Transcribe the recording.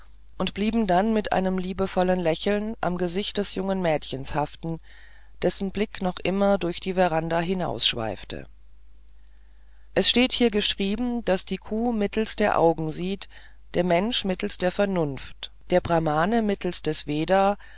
und blieben dann mit einem liebevollen lächeln am gesicht des jungen mädchens haften dessen blick noch immer durch die veranda hinausschweifte es steht hier geschrieben daß die kuh mittelst der augen sieht der mensch mittelst der vernunft der brahmane mittelst des veda